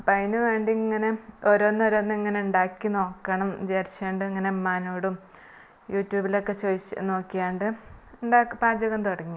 അപ്പം അതിനു വേണ്ടി ഇങ്ങനെ ഓരോന്ന് ഓരോന്ന് ഇങ്ങനെ ഉണ്ടാക്കി നോക്കണം വിചാരിച്ച് കൊണ്ട് ഇങ്ങനെ ഉമ്മാനോടും യൂട്യൂബിലൊക്കെ ചോദിച്ചു നോക്കികൊണ്ട് ഉണ്ടായി പാചകം തുടങ്ങി